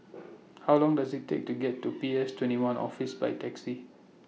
How Long Does IT Take to get to P S twenty one Office By Taxi